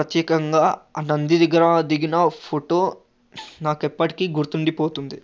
ప్రత్యేకంగా ఆ నంది దగ్గర దిగిన ఫొటో నాకు ఎప్పటికీ గుర్తుండిపోతుంది